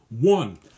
One